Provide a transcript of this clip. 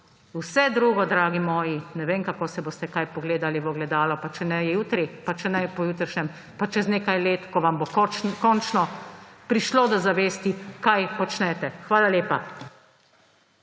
Vse drugo, dragi moji – ne vem, kako se boste kaj pogledali v ogledalo, če ne jutri pa če ne pojutrišnjem, pa čez nekaj let, ko vam bo končno prišlo do zavesti, kaj počnete. Hvala lepa.